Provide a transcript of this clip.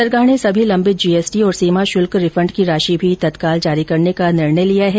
सरकार ने सभी लम्बित जीएसटी और सीमा शुल्क रिफंड की राशि भी तत्काल जारी करने का निर्णय किया है